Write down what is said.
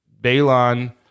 Balon